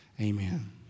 amen